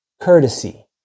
courtesy